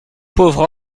pauvre